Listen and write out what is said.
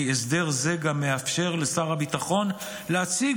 כי הסדר זה גם מאפשר לשר הביטחון להציג